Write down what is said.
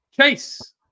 Chase